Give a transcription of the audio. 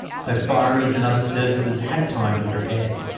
so firies and other services had time to prepare.